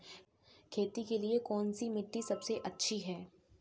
खेती के लिए कौन सी मिट्टी सबसे अच्छी है?